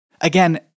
again